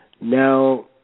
Now